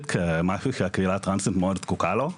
כמשהו שהקהילה הטרנסית מאוד זקוקה לו.